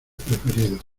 preferidos